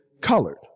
colored